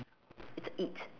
it's it